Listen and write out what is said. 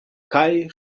kaj